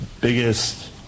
biggest